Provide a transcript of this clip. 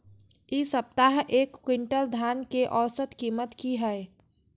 इ सप्ताह एक क्विंटल धान के औसत कीमत की हय?